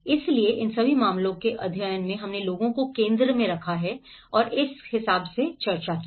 इसलिए इन सभी मामलों के अध्ययन में हमने लोगों को केंद्र में रखने के बारे में चर्चा की है